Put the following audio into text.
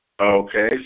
Okay